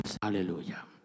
aleluya